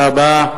תודה רבה.